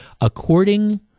According